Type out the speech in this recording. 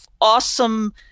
awesome